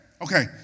okay